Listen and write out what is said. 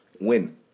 win